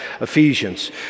Ephesians